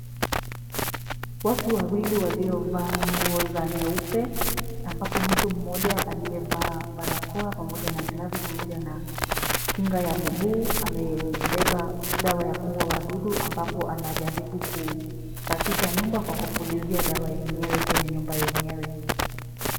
Watu wawili waliovaa nguo za nyeupe ambapo mtu mmoja aliyevaa barakoa pamoja na glavu pamoja na kinga ya miguu amebeba dawa ya kuua wadudu ambapo anajaribu kusafisha nyumba kwa kupulizia dawa yenyewe kwenye nyumba yenyewe.